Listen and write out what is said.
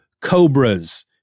cobras